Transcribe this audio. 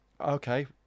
Okay